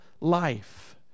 life